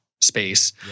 space